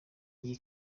iyi